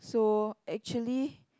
so actually